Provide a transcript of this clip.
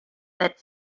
that